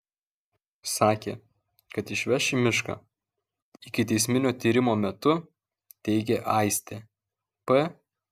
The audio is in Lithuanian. sakė kad išveš į mišką ikiteisminio tyrimo metu teigė aistė p